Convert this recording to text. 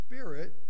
Spirit